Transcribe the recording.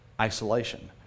isolation